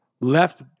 left